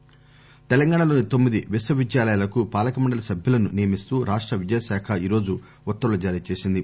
యూనివర్సిటీలు తెలంగాణా లోని తొమ్మిది విశ్వవిద్యాలయాలకు పాలక మండలీ సభ్యులను నియమిస్తూ రాష్ట విద్యాశాఖ ఈ రోజు ఉత్తర్వులు జారీ చేసింది